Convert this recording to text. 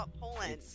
Poland